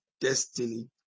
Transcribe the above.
destiny